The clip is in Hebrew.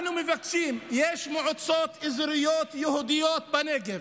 אנחנו מבקשים, יש מועצות אזוריות יהודיות בנגב.